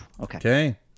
Okay